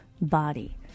body